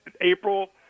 April